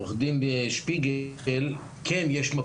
אנחנו חייבים לוודא שפנימייה יש לה